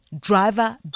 driver